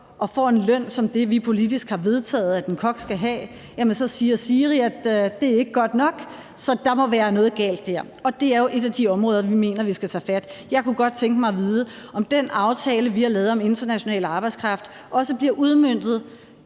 og får en løn svarende til det, vi politisk har vedtaget en kok skal have, er det ikke godt nok, så der må være noget galt der. Det er jo et af de områder, vi mener vi skal tage fat på. Jeg kunne godt tænke mig at vide, om den aftale, vi har lavet om international arbejdskraft, også bliver udmøntet